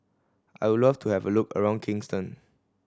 I would love to have a look around Kingston